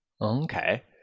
Okay